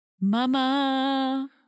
Mama